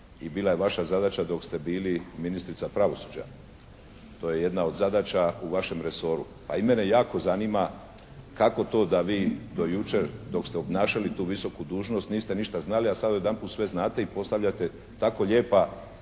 i bila je vaša zadaća dok ste bili ministrica pravosuđa. To je jedna od zadaća u vašem resoru. A i mene jako zanima kako to da vi do jučer dok ste obnašali tu visoku dužnost niste ništa znali, a sada odjedanput sve znate i postavljate tako lijepa